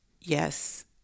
yes